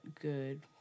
good